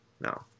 no